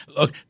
Look